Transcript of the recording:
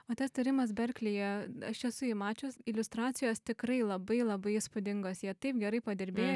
o tas tyrimas berklyje aš esu jį mačius iliustracijos tikrai labai labai įspūdingos jie taip gerai padirbėjo